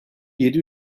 yedi